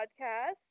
Podcast